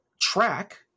track